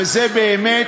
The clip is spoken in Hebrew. וזה באמת